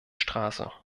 straße